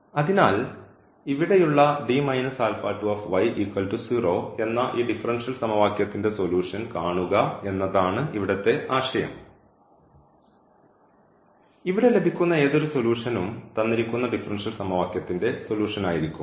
അതിനാൽ ഇവിടെയുള്ള എന്ന ഈ ഡിഫറൻഷ്യൽ സമവാക്യത്തിന്റെ സൊലൂഷൻ കാണുക എന്നതാണ് ഇവിടത്തെ ആശയം ഇവിടെ ലഭിക്കുന്ന ഏതൊരു സൊലൂഷൻഉം തന്നിരിക്കുന്ന ഡിഫറൻഷ്യൽ സമവാക്യത്തിന്റെ സൊലൂഷൻ ആയിരിക്കും